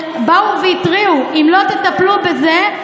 ובאו והתריעו: אם לא תטפלו בזה,